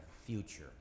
future